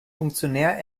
funktionär